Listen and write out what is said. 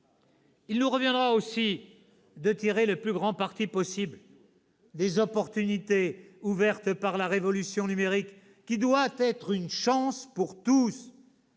Il nous reviendra aussi de tirer le meilleur parti possible des opportunités ouvertes par la révolution numérique, qui doit être une chance pour tous